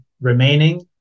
remaining